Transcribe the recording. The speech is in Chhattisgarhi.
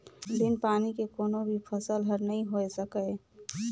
बिन पानी के कोनो भी फसल हर नइ होए सकय